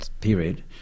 period